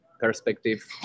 perspective